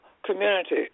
Community